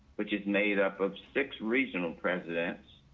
which is made up of six regional presidents.